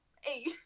Hey